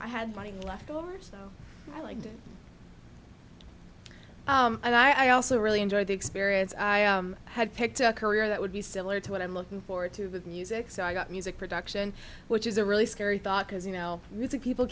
i had money left over so i liked it and i also really enjoyed the experience i had picked a career that would be similar to what i'm looking forward to with music so i got music production which is a really scary thought because you know people